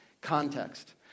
context